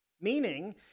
Meaning